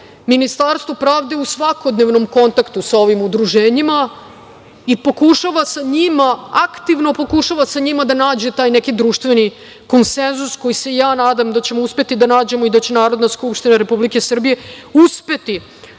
Ministarstvo pravde je u svakodnevnom kontaktu sa ovim udruženjima i pokušava sa njima aktivno da nađe taj neki društveni konsenzus koji, nadam se, ćemo uspeti da nađemo i da će Narodna skupština Republike Srbije uspeti